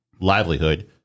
livelihood